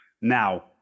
Now